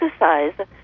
exercise